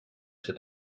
cet